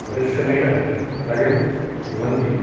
परिश्रमेण कार्यं कुर्वन्ति